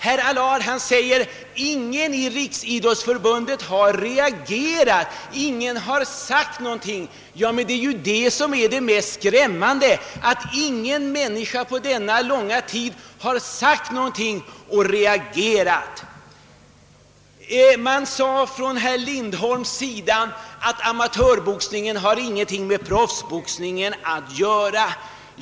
Herr Allard sade att ingen i Riksidrottsförbundet har reagerat mot boxningen, ingen har sagt någonting om den. Det mest skrämmande är just detta faktum att ingen på denna långa tid har sagt något eller reagerat! Herr Lindholm ansåg att amatörboxningen ingenting har med proffsboxningen att göra.